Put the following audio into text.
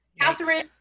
Catherine